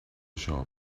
shop